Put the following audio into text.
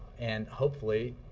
and hopefully